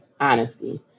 honesty